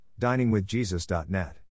diningwithjesus.net